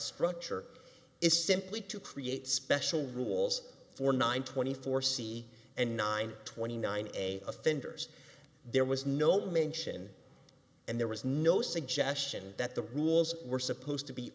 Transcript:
structure is simply to create special rules for nine twenty four c and nine twenty nine a offenders there was no mention and there was no suggestion that the rules were supposed to be